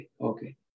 Okay